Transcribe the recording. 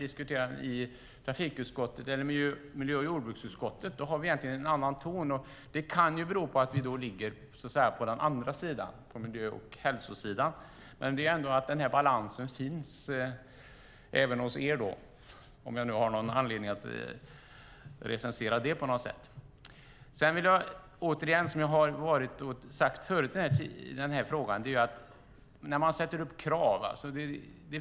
I trafikutskottet och miljö och jordbruksutskottet har vi en annan ton. Det kan bero på att vi så att säga ligger på den andra sidan, på miljö och hälsosidan. Balansen måste finnas även hos er, om jag nu ska recensera er. Som jag sagt tidigare i denna fråga är det alltid en process när man sätter upp krav.